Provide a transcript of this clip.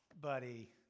buddy